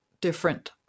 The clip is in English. different